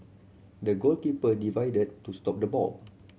the goalkeeper divided to stop the ball